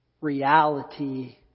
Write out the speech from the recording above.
reality